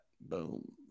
Boom